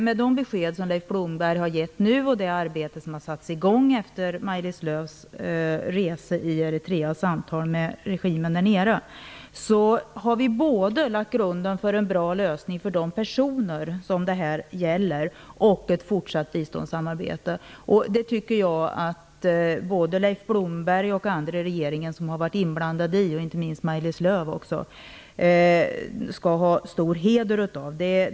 Med de besked som Leif Blomberg har givit nu och det arbete som har satts i gång efter Maj-Lis Lööws resor i Eritrea och samtal med regimen där nere har vi både lagt grunden för en bra lösning för de personer som det gäller och för ett fortsatt biståndssamarbete. Jag tycker att både Leif Blomberg och andra i regeringen som har varit inblandade - inte minst Maj-Lis Lööw - skall ha all heder av det.